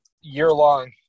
year-long –